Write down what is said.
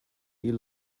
eel